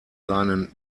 seinen